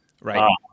right